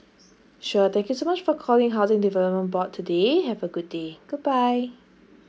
sure thank you so much for calling housing development board today have a good day goodbye